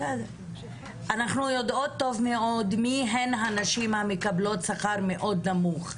אנחנו יודעות טוב מאוד מי הן הנשים המקבלות שכר מאוד נמוך.